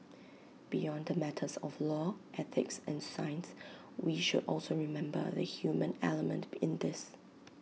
beyond the matters of law ethics and science we should also remember the human element in this